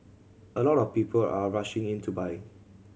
a lot of people are rushing in to buy